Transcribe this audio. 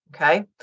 Okay